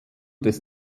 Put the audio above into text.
des